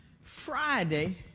Friday